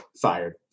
fired